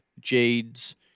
Jade's